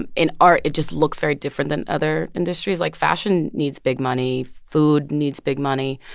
and in art, it just looks very different than other industries. like, fashion needs big money. food needs big money.